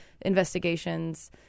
investigations